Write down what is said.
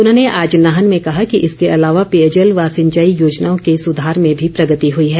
उन्होंने आज नाहन में कहा कि इसके अलावा पेयजल व सिंचाई योजनाओं के सुधार में भी प्रगति हुई है